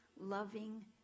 loving